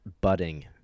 budding